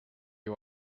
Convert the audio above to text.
you